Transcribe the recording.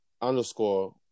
underscore